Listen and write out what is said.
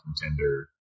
contender